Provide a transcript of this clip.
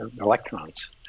electrons